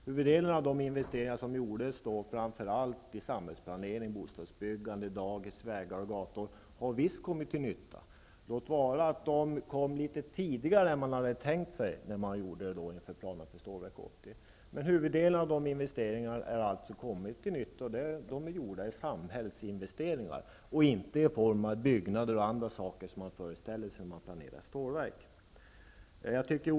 Huvuddelen av de investeringar som då gjordes i framför allt samhällsplanering och bostadsbyggande, dagis, vägar och gator har visst kommit till nytta. Låt vara att investeringarna kom litet tidigare än man hade tänkt sig när man gjorde upp planerna för Stålverk 80. Men huvuddelen av investeringarna har kommit till nytta. De är samhällsinvesteringar och inte investeringar i form av byggnader och andra saker, vilket man kan föreställa sig sker vid planering av stålverk.